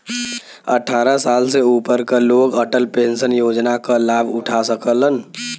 अट्ठारह साल से ऊपर क लोग अटल पेंशन योजना क लाभ उठा सकलन